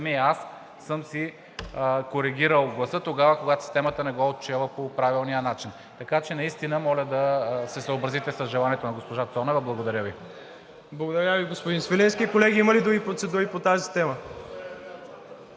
съм си коригирал гласа тогава, когато системата не го е отчела по правилния начин. Така че наистина, моля да се съобразите с желанието на госпожа Цонева. Благодаря Ви. ПРЕДСЕДАТЕЛ МИРОСЛАВ ИВАНОВ: Благодаря Ви, господин Свиленски. Колеги, има ли други процедури по тази тема?